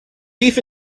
beef